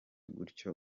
gutyo